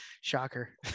Shocker